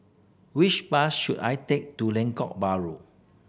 which bus should I take to Lengkok Bahru